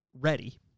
ready